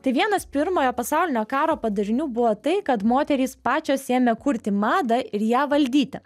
tai vienas pirmojo pasaulinio karo padarinių buvo tai kad moterys pačios ėmė kurti madą ir ją valdyti